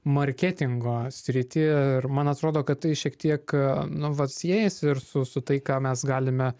marketingo sritį ir man atrodo kad tai šiek tiek nu vat siejasi ir su su tai ką mes galime